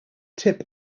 tip